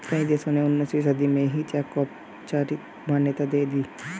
कई देशों ने उन्नीसवीं सदी में ही चेक को औपचारिक मान्यता दे दी